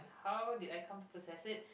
how did I come possess it